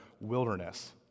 wilderness